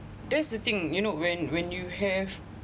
that's the thing you know when when you have